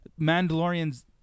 Mandalorians